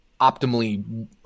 optimally